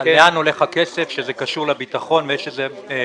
הוא יודע לשתות כוס מים בלי שתציע לו.